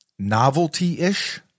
novelty-ish